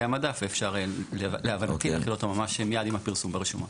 המדף ולהבנתי אפשר להחיל אותו מייד עם הפרסום ברשומות.